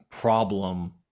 problem